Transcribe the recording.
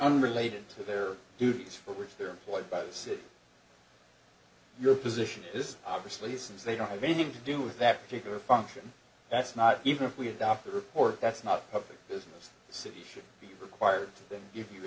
unrelated to their duties for which they're employed by the city your position is obviously since they don't have anything to do with that particular function that's not even if we adopt a report that's not a business the city should be required to give you